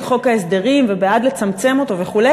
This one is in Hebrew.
החוק ההסדרים ובעד לצמצם אותו וכו'.